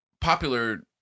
popular